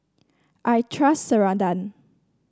I trust Ceradan